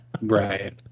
Right